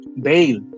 bail